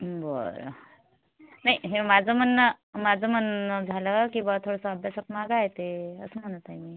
बरं नाही हे माझं म्हणणं माझं म्हणणं झालं की बुवा थोडंसं अभ्यासात मागे आहे ते असं म्हणत आहे मी